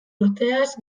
urteaz